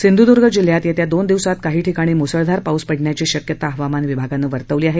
सिधूदूर्ग जिल्ह्यात येत्या दोन दिवसात काही ठिकाणी मुसळधार पाऊस पडण्याची शक्यता हवामान विभागान वर्तवली आहे